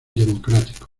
democrático